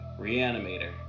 reanimator